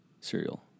cereal